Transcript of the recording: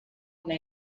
una